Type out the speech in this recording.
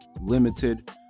Limited